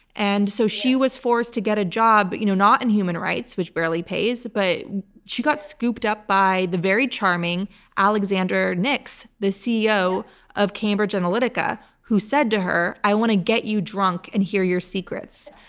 and so she was forced to get a job, you know not in human rights, which barely pays. but she got scooped up by the very charming alexander nix, the ceo of cambridge analytica, who said to her, i want to get you drunk and hear your secrets.